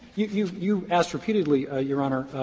you you asked repeatedly, your honor,